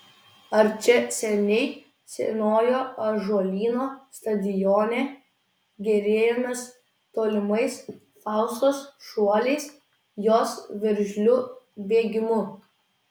ar čia seniai senojo ąžuolyno stadione gėrėjomės tolimais faustos šuoliais jos veržliu bėgimu